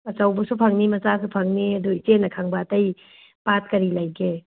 ꯑꯆꯧꯕꯁꯨ ꯐꯪꯅꯤ ꯃꯆꯥꯁꯨ ꯐꯪꯅꯤ ꯑꯗꯣ ꯏꯆꯦꯅ ꯈꯪꯕ ꯑꯇꯩ ꯄꯥꯠ ꯀꯔꯤ ꯂꯩꯒꯦ